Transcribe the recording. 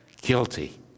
guilty